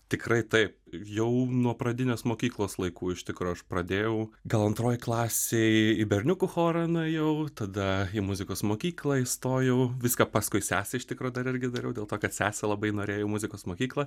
tikrai taip jau nuo pradinės mokyklos laikų iš tikro aš pradėjau gal antroj klasėj į berniukų chorą nuėjau tada į muzikos mokyklą įstojau viską paskui sesę iš tikro dar irgi dariau dėl to kad sesė labai norėjo į muzikos mokyklą